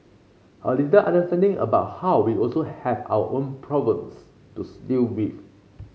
a little understanding about how we also have our own problems to still with